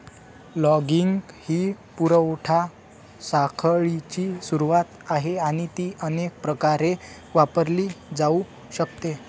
logging ही पुरवठा साखळीची सुरुवात आहे आणि ती अनेक प्रकारे वापरली जाऊ शकते